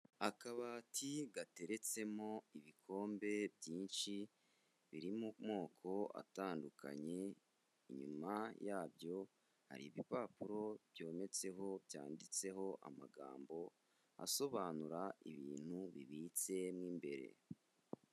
Akabati gateretsemo ibikombe byinshi biri mu moko atandukanye, inyuma yabyo hari ibipapuro byometseho byanditseho amagambo asobanura ibintu bibitse mo imbere.